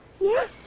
Yes